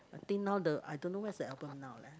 I think now the I don't know where's the album now leh